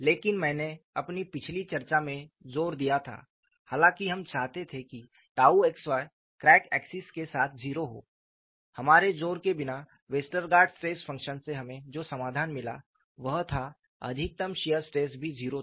लेकिन मैंने अपनी पिछली चर्चा में जोर दिया था हालांकि हम चाहते थे कि xy क्रैक एक्सिस के साथ 0 हो हमारे जोर के बिना वेस्टरगार्ड स्ट्रेस फंक्शन से हमें जो समाधान मिला वह था अधिकतम शियर स्ट्रेस भी 0 था